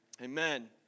Amen